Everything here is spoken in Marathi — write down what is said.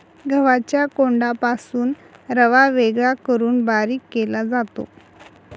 गव्हाच्या कोंडापासून रवा वेगळा करून बारीक केला जातो